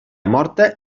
morta